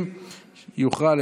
גם אנחנו?